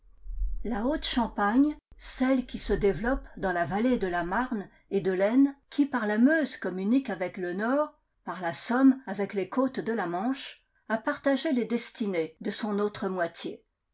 la haute champagne celle qui se développe dans la vallée de la marne et de l'aisne qui par la meuse communique avec le nord par la somme avec les côtes de la manche a partagé les destinées de son autre moitié